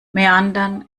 meandern